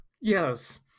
Yes